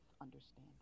understanding